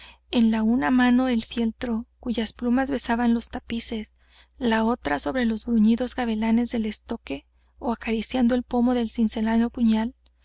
en la una mano el fieltro cuyas plumas besaban los tapices la otra sobre los bruñidos gavilanes del estoque ó acariciando el pomo del cincelado puñal